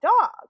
dog